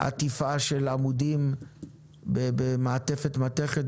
עטיפה של עמודים במעטפת מתכת,